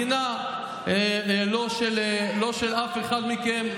מדינת ישראל, נכבד, המדינה לא של אף אחד מכם.